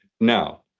Now